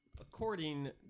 According